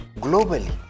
globally